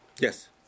Yes